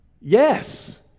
Yes